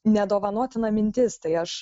nedovanotina mintis tai aš